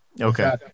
Okay